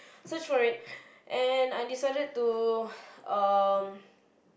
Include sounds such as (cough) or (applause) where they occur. search for it and I decided to (breath) um (breath)